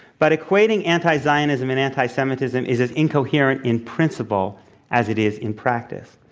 but equating anti-zionism and anti-semitism is as incoherent in principle as it is in practice.